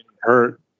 hurt